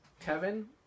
Kevin